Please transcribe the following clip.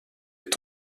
est